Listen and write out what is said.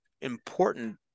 important